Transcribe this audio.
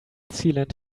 sealant